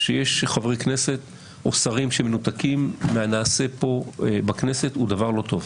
כאשר יש חברי כנסת או שרים שמנותקים מהנעשה כאן בכנסת הוא דבר לא טוב.